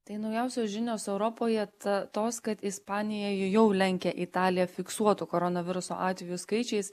tai naujausios žinios europoje ta tos kad ispanija ja jau lenkia italiją fiksuotų koronaviruso atvejų skaičiais